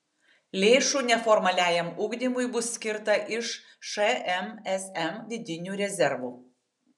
lėšų neformaliajam ugdymui bus skirta iš šmsm vidinių rezervų